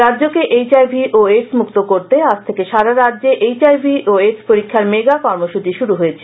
রাজ্যকে H I V ও AIDS মুক্ত করতে আজ থেকে সারা রাজ্যে এইচ আই ভি ও এইডস পরীক্ষার মেগা কর্মসূচি শুরু হয়েছে